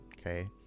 okay